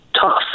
tough